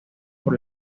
por